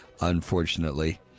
Unfortunately